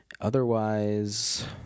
Otherwise